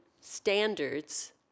standards